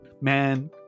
man